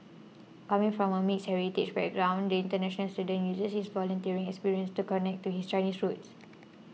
coming from a mixed heritage background the international student uses his volunteering experience to connect to his Chinese roots